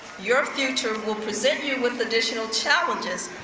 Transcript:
your future will present you with additional challenges,